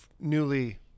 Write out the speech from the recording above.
newly